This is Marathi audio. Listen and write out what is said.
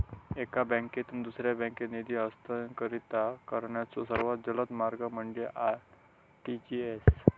एका बँकेतून दुसऱ्या बँकेत निधी हस्तांतरित करण्याचो सर्वात जलद मार्ग म्हणजे आर.टी.जी.एस